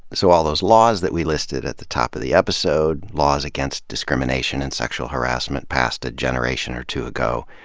so all those laws that we listed at the top of the episode, laws against discrimination and sexual harassment passed a generation or two ago,